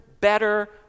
better